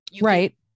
right